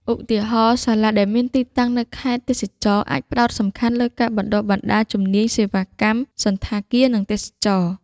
ឧទាហរណ៍ សាលាដែលមានទីតាំងនៅខេត្តទេសចរណ៍ អាចផ្តោតសំខាន់លើការបណ្តុះបណ្តាលជំនាញសេវាកម្មសណ្ឋាគារ និងទេសចរណ៍។